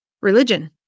religion